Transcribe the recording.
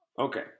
Okay